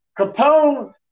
Capone